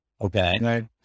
Okay